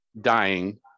dying